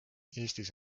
eestis